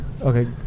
okay